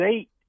eight